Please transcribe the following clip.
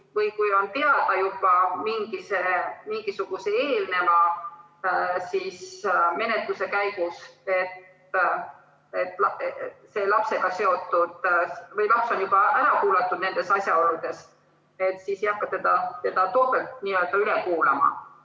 kui on teada juba mingisuguse eelneva menetluse käigus selle lapsega seotu või laps on juba ära kuulatud nendes asjaoludes, siis ei hakata teda topelt üle kuulama.